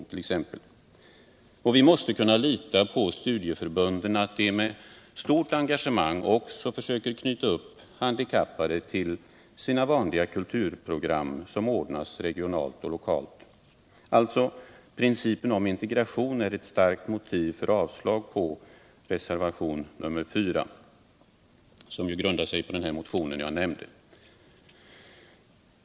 Vi måste kunna lita på att studieförbunden med stort engagemang försöker att knyta upp också de handikappade till sina kulturprogram som ordnas regionalt och lokalt. Principen om integration är alltså ett starkt motiv för avslag på reservationen 4, vilken som sagt grundar sig på den motion jag här talat om.